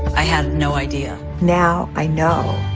i had no idea now i know.